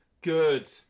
Good